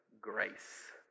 grace